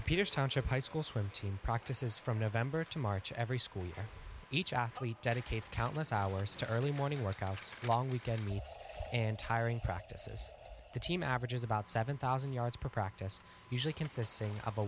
peters township high school swim team practices from november to march every school year each athlete dedicates countless hours to early morning workouts a long weekend and tiring practices the team averages about seven thousand yards per practice usually consisting of a